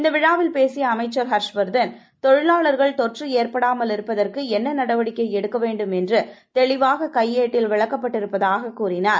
இந்த விழாவில் பேசிய அமைச்சர் ஹர்ஷ்வர்தன் தொழிலாளர்கள் தொற்று ஏற்படாமலிருப்பதற்கு என்ன நடவடிக்கை எடுக்கவேண்டும் என்று தெளிவாக கையேட்டில் விளக்கப்பட்டிருப்பதாக கூறினார்